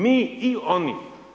Mi i oni.